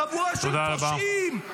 חבורה של פושעים,